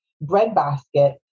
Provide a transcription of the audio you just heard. breadbasket